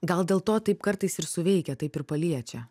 gal dėl to taip kartais ir suveikia taip ir paliečia